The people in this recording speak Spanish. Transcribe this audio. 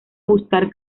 buscar